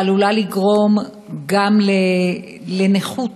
שעלולה לגרום גם לנכות,